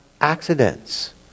accidents